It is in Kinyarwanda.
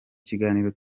kiganiro